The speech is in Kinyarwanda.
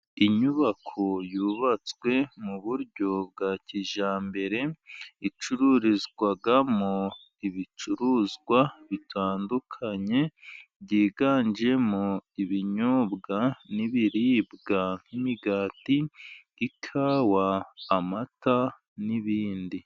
Inyubako yubatswe mu buryo bwa kijyambere, icururizwamo ibicuruzwa bitandukanye, byiganjemo ibinyobwa n' ibiribwa nk' imigati, ikawa, amata n' ibindi...